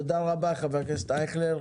תודה רבה חבר הכנסת אייכלר.